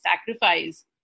sacrifice